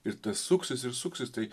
ir tas suksis ir suksis tai